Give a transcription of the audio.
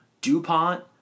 DuPont